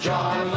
John